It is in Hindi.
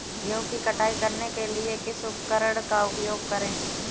गेहूँ की कटाई करने के लिए किस उपकरण का उपयोग करें?